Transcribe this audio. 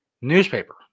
newspaper